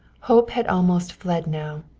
hope had almost fled now.